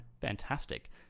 fantastic